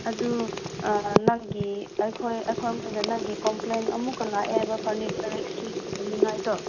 ꯑꯗꯨ ꯅꯪꯒꯤ ꯑꯩꯈꯣꯏ ꯑꯩꯈꯣꯏ ꯏꯃꯨꯡꯗ ꯅꯪꯒꯤ ꯀꯣꯝꯄ꯭ꯂꯦꯟ ꯑꯃꯨꯛꯀ ꯂꯥꯛꯑꯦ ꯐꯔꯅꯤꯆꯔ